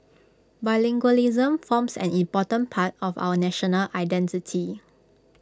bilingualism forms an important part of our national identity